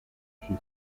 she